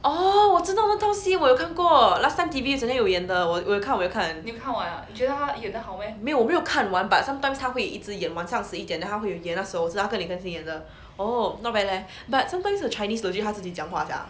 orh 我知道那个那套戏我有看过 last time T_V 整天有演的我我有看我有看没有我没有看完 but sometimes 他会一直演晚上十一点 then 他会演那时候是那个跟林根新演的 oh not bad leh but sometimes the chinese 他自己讲话 sia